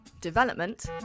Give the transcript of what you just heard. development